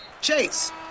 Chase